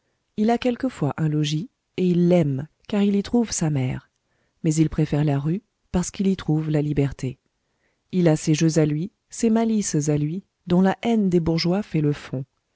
il a quelquefois un logis et il l'aime car il y trouve sa mère mais il préfère la rue parce qu'il y trouve la liberté il a ses jeux à lui ses malices à lui dont la haine des bourgeois fait le fond